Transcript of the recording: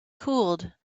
cooled